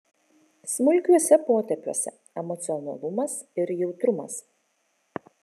smulkiuose potėpiuose emocionalumas ir jautrumas